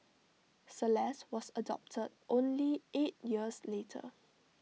celeste was adopted only eight years later